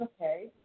okay